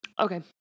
Okay